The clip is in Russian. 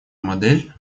модель